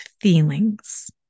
feelings